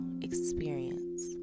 experience